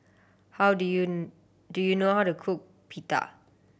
how do you do you know how to cook Pita